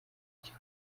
icyo